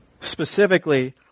Specifically